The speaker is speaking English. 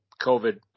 COVID